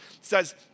says